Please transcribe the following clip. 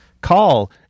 call